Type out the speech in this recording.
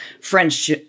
French